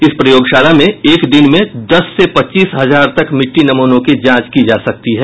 इस प्रयोगशाला में एक दिन में दस से पच्चीस हजार तक मिट्टी नमूनों की जांच की जा सकती है